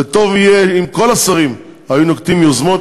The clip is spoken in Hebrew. וטוב היה אם כל השרים היו נוקטים יוזמות